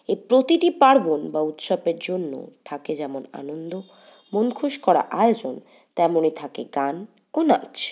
এ প্রতিটি পার্বন বা উৎসবের জন্য থাকে যেমন আনন্দ মনখুশ করা আয়োজন তেমনই থাকে গান ও নাচ